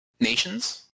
nations